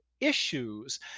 issues